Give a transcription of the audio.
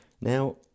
Now